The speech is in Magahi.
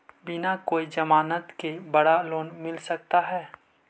बिना कोई जमानत के बड़ा लोन मिल सकता है?